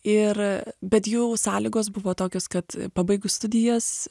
ir bet jų sąlygos buvo tokios kad pabaigus studijas